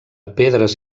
pedres